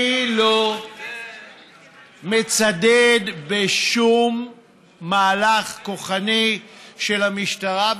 אני לא מצדד בשום מהלך כוחני של המשטרה,